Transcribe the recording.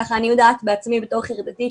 כך אני יודעת בעצמי בתור חרדתית.